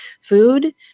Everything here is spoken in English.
food